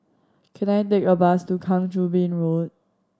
can I take a bus to Kang Choo Bin Road